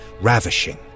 ravishing